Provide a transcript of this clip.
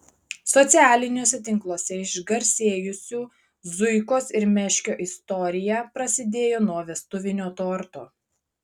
socialiniuose tinkluose išgarsėjusių zuikos ir meškio istorija prasidėjo nuo vestuvinio torto